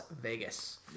Vegas